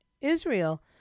Israel